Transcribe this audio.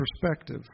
perspective